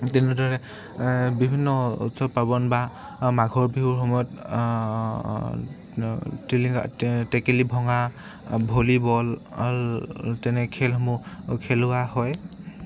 তেনেদৰে বিভিন্ন উৎসৱ পাৰ্বণ বা মাঘৰ বিহুৰ সময়ত টিলিঙা টেকেলী ভঙা ভলীবল তেনে খেলসমূহ খেলোৱা হয়